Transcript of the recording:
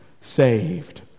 saved